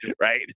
right